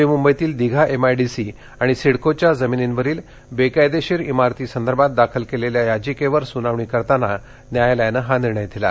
नवी मुंबईतील दिघा एमआयडीसी आणि सिडकोच्या जमिनींवरील बेकायदेशीर इमारतींसंदर्भात दाखल केलेल्या याचिकेवर सुनावणी करताना न्यायालयानं हा निर्णय दिला